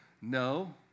No